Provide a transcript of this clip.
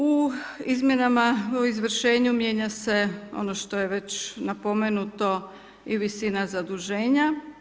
U izmjenama o izvršenju mijenja se ono što je već i napomenuto i visina zaduženja.